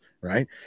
right